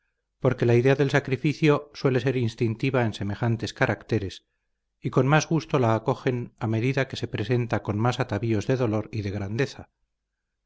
porque la idea del sacrificio suele ser instintiva en semejantes caracteres y con más gusto la acogen a medida que se presenta con más atavíos de dolor y de grandeza